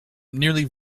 nearly